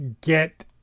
get